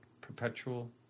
perpetual